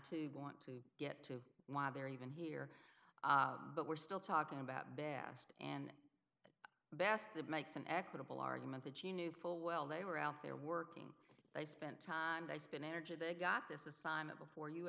to want to get to why they're even here but we're still talking about bass and bass that makes an equitable argument that you knew full well they were out there working they spent time they spin energy they got this is simon before you